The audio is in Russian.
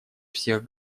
всех